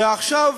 ועכשיו